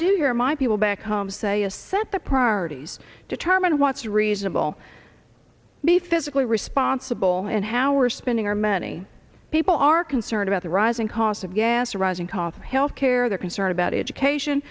your my people back home say a set the priorities determine what's reasonable be physically responsible and how we're spending our many people are concerned about the rising cost of gas a rising cost of health care they're concerned about education